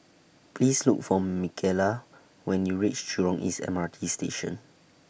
Please Look For Micaela when YOU REACH Jurong East M R T Station